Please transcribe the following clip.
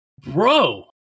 Bro